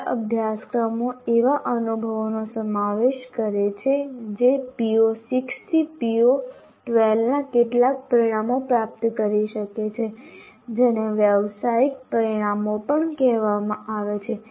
સારા અભ્યાસક્રમો એવા અનુભવોનો સમાવેશ કરે છે જે PO6 થી PO12 ના કેટલાક પરિણામો પ્રાપ્ત કરી શકે છે જેને વ્યાવસાયિક પરિણામો પણ કહેવામાં આવે છે